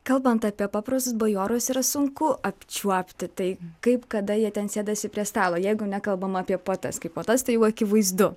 kalbant apie paprastus bajorus yra sunku apčiuopti tai kaip kada jie ten sėdasi prie stalo jeigu nekalbam apie puotas kai puotas tai jau akivaizdu